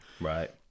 Right